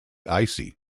icy